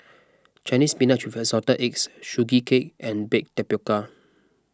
Chinese Spinach with Assorted Eggs Sugee Cake and Baked Tapioca